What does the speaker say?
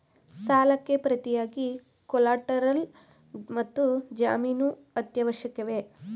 ಸಾಲಕ್ಕೆ ಪ್ರತಿಯಾಗಿ ಕೊಲ್ಯಾಟರಲ್ ಮತ್ತು ಜಾಮೀನು ಅತ್ಯವಶ್ಯಕವೇ?